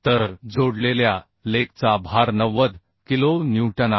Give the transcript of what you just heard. तर जोडलेल्या लेक चा भार 90 किलो न्यूटन आहे